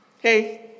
Hey